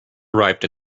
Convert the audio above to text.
arrived